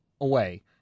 away